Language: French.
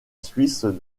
suisse